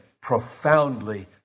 profoundly